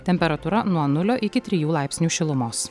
temperatūra nuo nulio iki trijų laipsnių šilumos